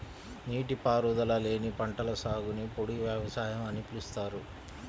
నీటిపారుదల లేని పంటల సాగుని పొడి వ్యవసాయం అని పిలుస్తారు